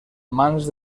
mans